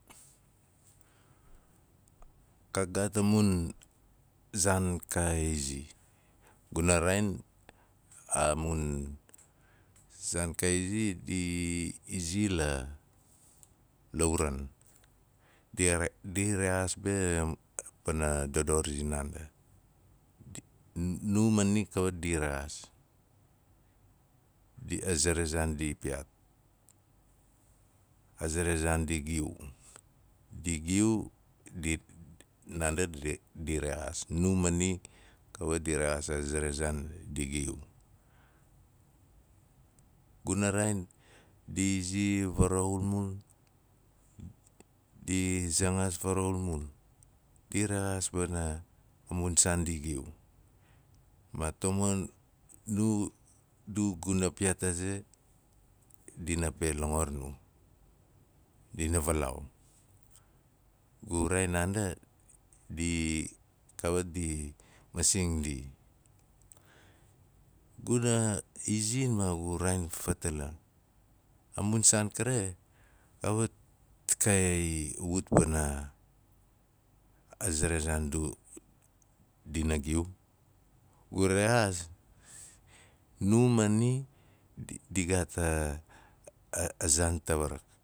Ka gaat a mun zaan ka izi guna raain a mun saan ka izi di izi la- lauran di rex- di rexaas be pana dodor zinaada n- n- nu ma ni kawit di rexaas, a ze ra zaan ndi piyaat, a ze ra zaan di giu. di gu di- i nandi di rexaas nu ma ni kawit di rexaas a ze ra zaand di giu. Guna raain di izi varaxulmul, di zangas varaxulmul, di rexaas pana a mun saan di giu. Ma tamon nu guna piyaat a ze, dina pe rongor nu. Dina valaau. Gu raain naanda, di- i- i- kawit du masing ndi. Guna izi ma gu raain fatala, a mun saan kare kawit ka- ai wut pana a ze ra zaan du dina giu gu rexaas, nu ma ni di gaat a zaan fawarak.